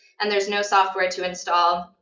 and there's no software to install.